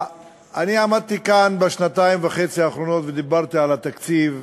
אני עמדתי כאן בשנתיים וחצי האחרונות ודיברתי על התקציב.